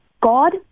God